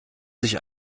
sich